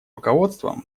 руководством